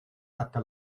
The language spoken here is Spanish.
hasta